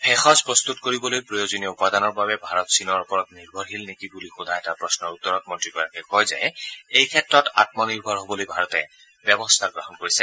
ভেষজ প্ৰস্তুত কৰিবলৈ প্ৰয়োজনীয় উপাদানৰ বাবে ভাৰত চীনৰ ওপৰত নিৰ্ভৰশীল নেকি বুলি সোধা এটা প্ৰশ্নৰ উত্তৰত মন্ত্ৰীগৰাকীয়ে কয় যে এইক্ষেত্ৰত আয়নিৰ্ভৰ হ বলৈ ভাৰতে ব্যৱস্থা গ্ৰহণ কৰিছে